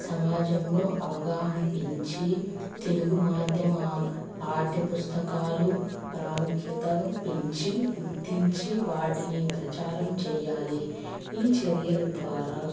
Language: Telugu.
సమాజంలో అవగాహన పెంచి తెలుగు మాధ్యమిక పాఠ్యపుస్తకాలు ప్రాముఖ్యతను పెంచి గుర్తించి వాటిని ప్రచారం చేయాలి ఈ చర్యల ద్వారా